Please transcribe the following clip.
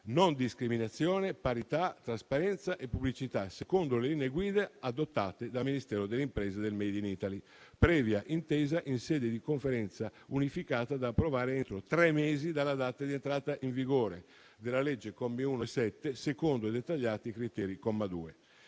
non discriminazione, parità, trasparenza e pubblicità, secondo le linee guida adottate dal Ministero delle imprese e del *made in Italy*, previa intesa in sede di Conferenza unificata, da approvare entro tre mesi dalla data di entrata in vigore della legge (commi 1 e 7), secondo dettagliati criteri (comma 2).